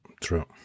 true